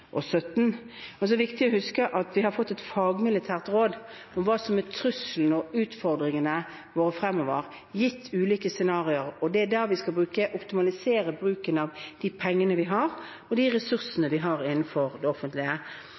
Det er viktig å huske at vi har fått et fagmilitært råd om hva som er trusselen og utfordringene våre fremover, gitt ulike scenarioer. Det er der vi skal optimalisere bruken av de pengene vi har, og de ressursene vi har innenfor det offentlige.